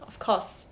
of course